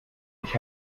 ich